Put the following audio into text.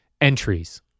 entries